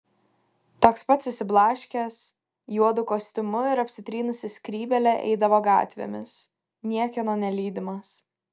toks pat išsiblaškęs juodu kostiumu ir apsitrynusia skrybėle eidavo gatvėmis niekieno nelydimas